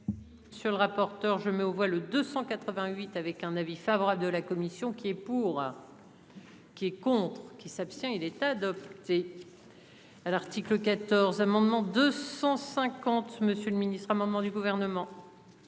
vif. Sur le rapporteur je mets aux voix le 288 avec un avis favorable de la commission. Qui est pour. Qui est contre. Qui s'abstient il est adopté. À l'article 4. Plusieurs amendements 250 Monsieur le Ministre, amendement du gouvernement.